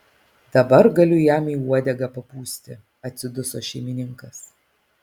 dabar galiu jam į uodegą papūsti atsiduso šeimininkas